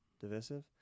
divisive